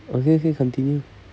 okay okay continue